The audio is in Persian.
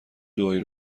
دعایی